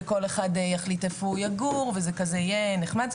וכל אחד יחליט איפה הוא יגור וזה יהיה נחמד,